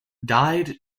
died